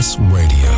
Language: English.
Radio